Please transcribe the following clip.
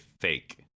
fake